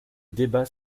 débat